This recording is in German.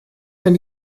kann